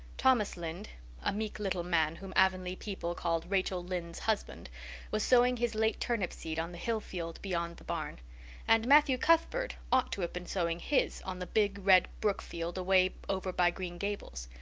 thomas lynde a meek little man whom avonlea people called rachel lynde's husband was sowing his late turnip seed on the hill field beyond the barn and matthew cuthbert ought to have been sowing his on the big red brook field away over by green gables.